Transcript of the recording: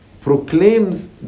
proclaims